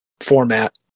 format